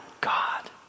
God